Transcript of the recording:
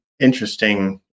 interesting